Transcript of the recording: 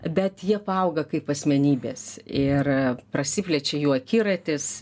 bet jie paauga kaip asmenybės ir prasiplečia jų akiratis